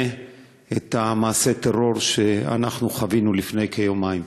את מעשה הטרור שאנחנו חווינו לפני כיומיים.